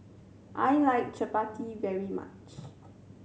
I like chappati very much